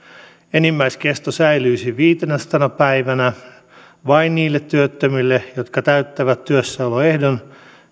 enimmäiskesto säilyisi viitenäsatana päivänä vain niillä työttömillä jotka täyttävät työssäoloehdon